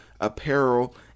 apparel